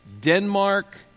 Denmark